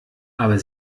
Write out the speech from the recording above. aber